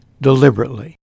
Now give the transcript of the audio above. deliberately